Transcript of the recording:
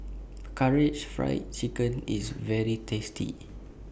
Karaage Fried Chicken IS very tasty